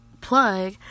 plug